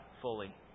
fully